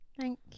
Thank